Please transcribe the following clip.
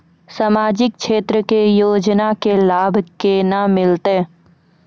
समाजिक क्षेत्र के योजना के लाभ केना मिलतै?